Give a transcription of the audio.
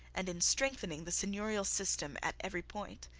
and in strengthening the seigneurial system at every point.